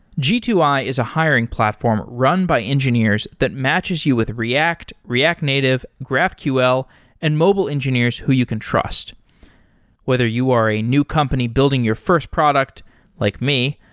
g two i is a hiring platform run by engineers that matches you with react, react native, graphql and mobile engineers who you can trust whether you are a new company building your first product like me,